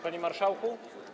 Panie Marszałku!